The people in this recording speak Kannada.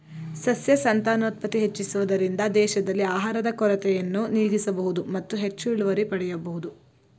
ಸಸ್ಯ ಸಂತಾನೋತ್ಪತ್ತಿ ಹೆಚ್ಚಿಸುವುದರಿಂದ ದೇಶದಲ್ಲಿ ಆಹಾರದ ಕೊರತೆಯನ್ನು ನೀಗಿಸಬೋದು ಮತ್ತು ಹೆಚ್ಚು ಇಳುವರಿ ಪಡೆಯಬೋದು